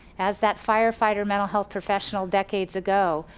as that firefighter mental health professional decades ago,